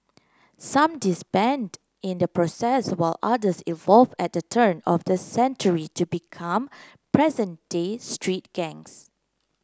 some disband in the process while others evolve at turn of the century to become present day street gangs